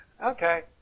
Okay